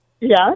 Yes